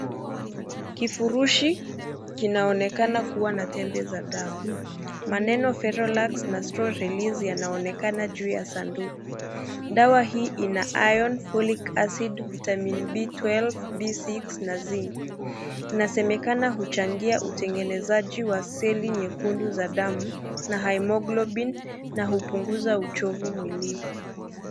Kifurushi kinaonekana kuwa na tembe za dawa maneno (cs)Ferolax(cs) na (cs)slow release(cs) yanaonekana juu ya sanduku. Dawa hii ina iron folic acid, vitamin B12, B6 na Zinc . Inasemekana huchangia utengenezaji wa asili nyekundu za damu na haemoglobin na hupunguza uchovu mwilini.